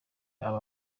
aba